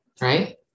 right